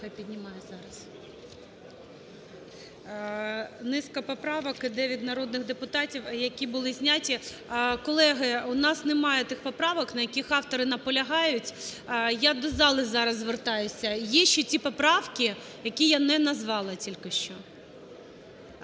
Низка поправок йде від народних депутатів, які були зняті. Колеги, у нас немає тих поправок, на яких автори наполягають. Я до зали зараз звертаюся: є ще ті поправки, які я не назвала тільки що?